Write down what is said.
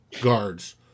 guards